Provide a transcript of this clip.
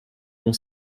mon